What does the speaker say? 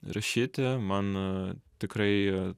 rašyti man tikrai